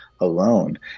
alone